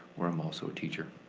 where i'm also a teacher.